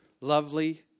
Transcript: lovely